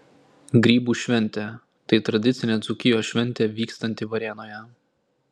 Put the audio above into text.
grybų šventė tai tradicinė dzūkijos šventė vykstanti varėnoje